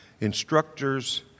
instructors